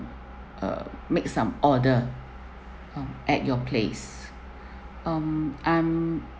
uh make some order um at your places um I